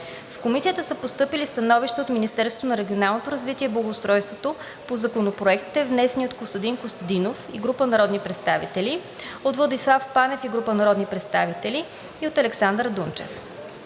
развитие и благоустройството по законопроектите, внесени от Костадин Костадинов и група народни представители, от Владислав Панев и група народни представители и от Александър Дунчев.